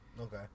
Okay